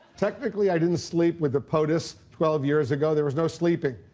technically, i didn't sleep with the potus twelve years ago. there was no sleeping.